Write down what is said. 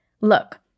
Look